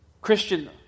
Christian